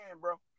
bro